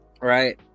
right